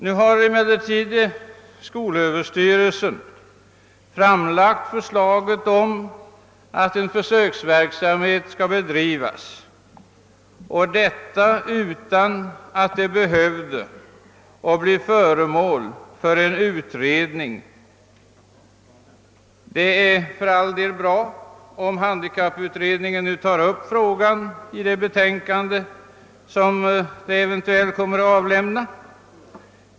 Nu har emellertid skolöverstyrelsen framlagt förslaget om att en försöksverksamhet skall bedrivas, och detta utan att den behövde bli föremål för ytterligare en utredning. Det är för all del bra om handikapputredningen tar upp frågan i det betänkande som den eventuellt kommer att avlämna.